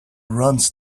runs